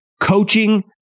coaching